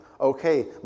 okay